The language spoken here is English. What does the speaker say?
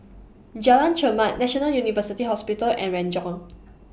Jalan Chermat National University Hospital and Renjong